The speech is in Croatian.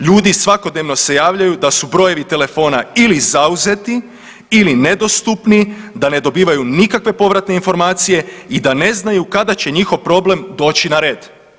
Ljudi svakodnevno se javljaju da su brojevi telefona ili zauzeti ili nedostupni, da ne dobivaju nikakve povratne informacije i da ne znaju kada će njihov problem doći na red.